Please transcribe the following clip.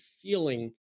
feeling